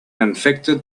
infected